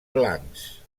blancs